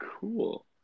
Cool